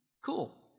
cool